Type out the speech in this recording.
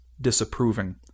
disapproving